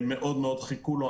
מאוד מאוד חיכו לו,